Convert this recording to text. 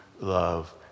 love